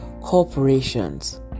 corporations